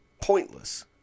pointless